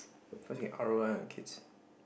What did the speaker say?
cause you can R_O_I on kids